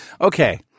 Okay